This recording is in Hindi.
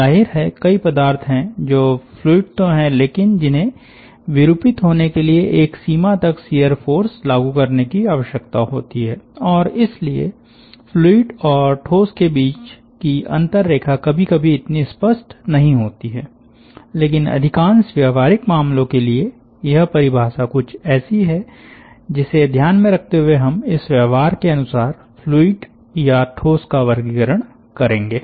जाहिर है कई पदार्थ हैं जो फ्लूइड तो हैं लेकिन जिन्हें विरूपित होने के लिए एक सीमा तक शियर फ़ोर्स लागू करने की आवश्यकता होती है और इसलिए फ्लूइड और ठोस के बीच की अंतर रेखा कभी कभी इतनी स्पष्ट नहीं होती है लेकिन अधिकांश व्यावहारिक मामलों के लिए यह परिभाषा कुछ ऐसी है जिसे ध्यान में रखते हुए हम इस व्यवहार के अनुसार फ्लूइड या ठोस का वर्गीकरण करेंगे